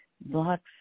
blocks